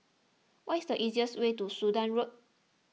what is the easiest way to Sudan Road